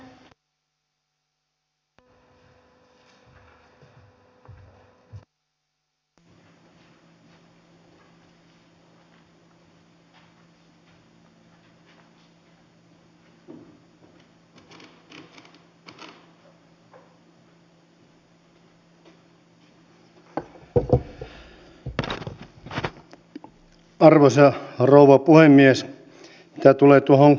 siellä yrityksille on helppoa ja edullista ottaa nuoria koulutettavaksi ja pääosin nuoret työllistyvät yritykseen koulutusjakson jälkeen